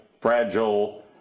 fragile